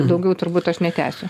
daugiau turbūt aš netęsiu